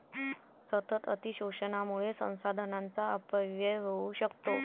सतत अतिशोषणामुळे संसाधनांचा अपव्यय होऊ शकतो